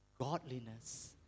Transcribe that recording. Godliness